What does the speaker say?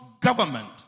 government